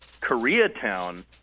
Koreatown